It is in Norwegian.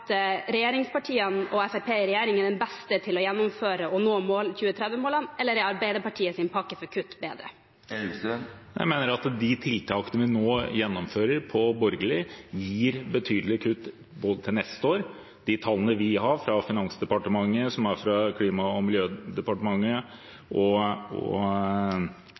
regjeringspartiene – og Fremskrittspartiet i regjering – er de beste til å gjennomføre og nå 2030-målene, eller er Arbeiderpartiets pakke for kutt bedre? Jeg mener de tiltakene vi nå gjennomfører fra borgerlig side, gir betydelige kutt til neste år. De tallene vi har fra Finansdepartementet, som er fra Klima- og miljødepartementet og Olje- og